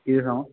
कितें सांगूं